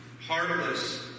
heartless